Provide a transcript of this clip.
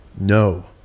no